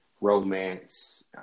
romance